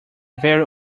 very